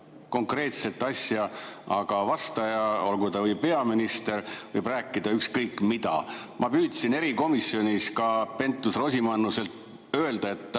konkreetset asja, aga vastaja, olgu ta või peaminister, võib rääkida ükskõik mida? Ma [palusin] erikomisjonis ka Pentus-Rosimannusel öelda,